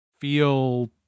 feel